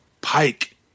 Pike